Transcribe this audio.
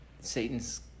Satan's